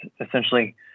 essentially